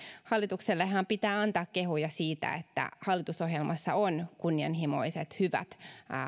hallituksellehan pitää antaa kehuja siitä että hallitusohjelmassa on kunnianhimoiset hyvät